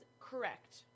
correct